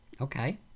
Okay